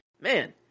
Man